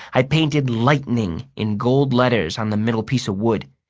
i painted lightning in gold letters on the middle piece of wood,